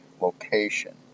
location